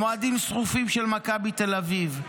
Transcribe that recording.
הם אוהדים שרופים של מכבי תל אביב,